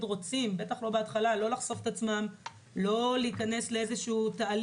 רוצים בטח לא בהתחלה לחשוף את עצמם או להיכנס לתהליך